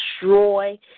destroy